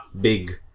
big